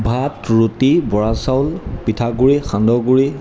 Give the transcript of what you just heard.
ভাত ৰুটি বৰা চাউল পিঠাগুড়ি সান্দহগুড়ি